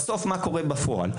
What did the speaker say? בסוף מה קורה בפועל?